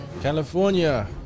California